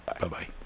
bye-bye